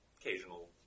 occasional